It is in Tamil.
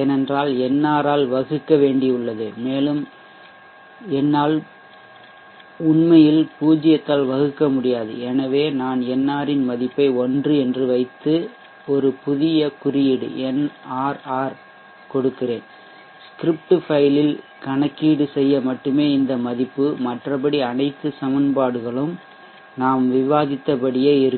ஏனென்றால் nr ஆல் வகுக்க வேண்டியுள்ளது மேலும் என்னால் உண்மையில் பூஜ்ஜியத்தால் வகுக்க முடியாது எனவே நான் nr ன் மதிப்பை 1 என்று வைத்து ஒரு புதிய குறியீடு nrr கொடுக்கிறேன் ஸ்கிரிப்ட் ஃபைல் இல் கணக்கீடு செய்ய மட்டுமே இந்த மதிப்பு மற்றபடி அனைத்து சமன்பாடுகளும் நாம் விவாதித்தபடியே இருக்கும்